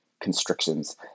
constrictions